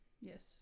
Yes